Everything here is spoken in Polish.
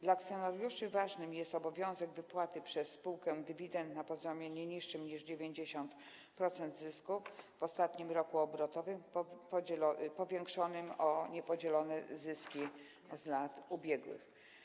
Dla akcjonariuszy ważny jest obowiązek wypłaty przez spółkę dywidend na poziomie nie niższym niż 90% zysku w ostatnim roku obrotowym powiększonego o niepodzielone zyski z lat ubiegłych.